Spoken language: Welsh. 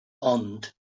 ond